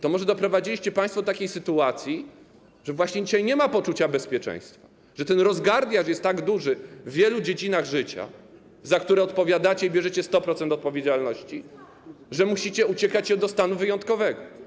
To może doprowadziliście państwo do takiej sytuacji, że właśnie dzisiaj nie ma poczucia bezpieczeństwa, że ten rozgardiasz jest tak duży w wielu dziedzinach życia, za które odpowiadacie i bierzecie 100% odpowiedzialności, że musicie uciekać się do stanu wyjątkowego?